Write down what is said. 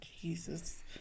Jesus